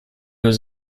was